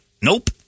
Nope